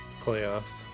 playoffs